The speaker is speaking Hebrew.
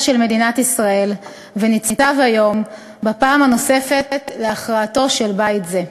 של מדינת ישראל וניצב היום פעם נוספת להכרעתו של בית זה.